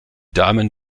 damen